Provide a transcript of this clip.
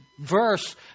verse